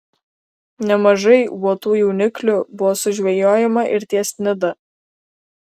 nemažai uotų jauniklių buvo sužvejojama ir ties nida